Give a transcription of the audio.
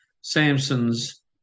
Samson's